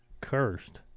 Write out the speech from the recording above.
cursed